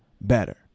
better